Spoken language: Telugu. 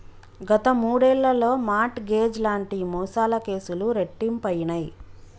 గత మూడేళ్లలో మార్ట్ గేజ్ లాంటి మోసాల కేసులు రెట్టింపయినయ్